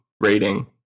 rating